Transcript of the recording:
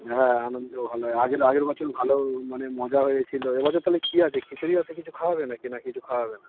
হ্যাঁ আনন্দ ভালো হয় আগের আগের বছর ভালো মানে মজা হয়েছিলো এ এবছর তাহলে কি আছে খিচড়ি আছে কিছু খাওয়াবে না কি না কিছু খাওয়াবে না